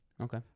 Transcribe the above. Okay